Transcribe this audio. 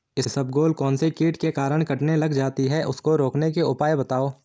इसबगोल कौनसे कीट के कारण कटने लग जाती है उसको रोकने के उपाय बताओ?